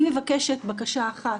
אני מבקשת בקשה אחת.